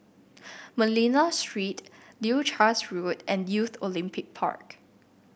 Manila Street Leuchars Road and Youth Olympic Park